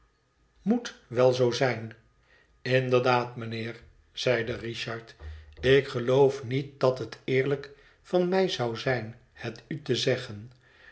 moet wel zoo zijn inderdaad mijnheer zeide richard ik geloof niet dat het eerlijk van mij zou zijn het u te zeggen